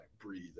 breathe